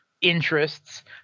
interests